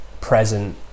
present